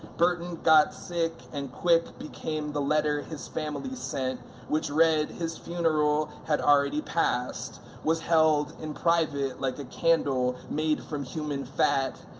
burton got sick and quick became the letter his family sent which read, his funeral had already passed, was held in private like a candle made from human fat.